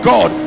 God